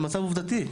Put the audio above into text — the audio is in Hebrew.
זה מצב עובדתי.